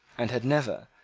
and had never,